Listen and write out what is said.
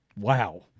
Wow